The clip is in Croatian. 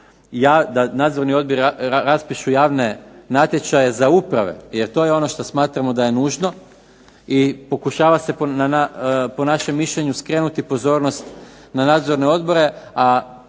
da nadzorni odbori raspišu javne natječaje za uprave jer to je ono što smatramo da je nužno i pokušava se po našem mišljenju skrenuti pozornost na nadzorne odbore,